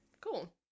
Cool